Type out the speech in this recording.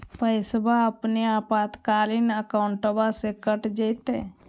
पैस्वा अपने आपातकालीन अकाउंटबा से कट जयते?